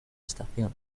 estación